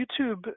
YouTube